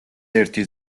ერთი